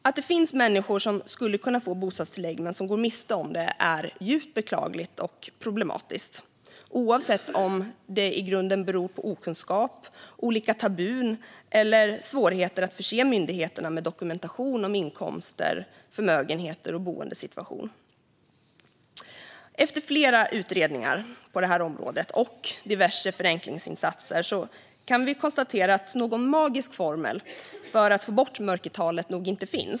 Att det finns människor som skulle kunna få bostadstillägg men som går miste om det är djupt beklagligt och problematiskt oavsett om det i grunden beror på okunskap, olika tabun eller svårigheter att förse myndigheterna med dokumentation om inkomster, förmögenheter och boendesituation. Efter flera utredningar på området och diverse förenklingsinsatser kan vi konstatera att det nog inte finns någon magisk formel för att få bort mörkertalet.